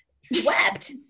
swept